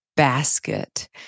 basket